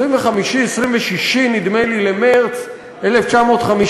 25, 26 נדמה לי, במרס 1953,